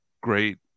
great